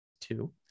two